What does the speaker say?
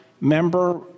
member-